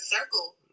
circle